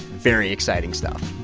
very exciting stuff